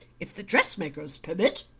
if the dress-makers permit.